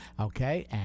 okay